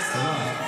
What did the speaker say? תודה.